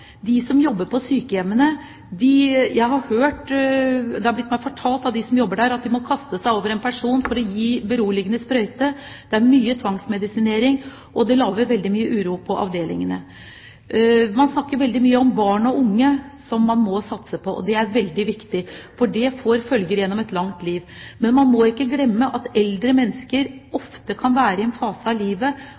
Det har blitt meg fortalt av dem som jobber på sykehjemmene, at de må kaste seg over en person for å gi beroligende sprøyte, det er mye tvangsmedisinering, og det lager veldig mye uro på avdelingene. Man snakker veldig mye om at man må satse på barn og unge. Det er veldig viktig, for ellers kan det få følger gjennom et langt liv. Men man må ikke glemme at eldre mennesker er i en fase av livet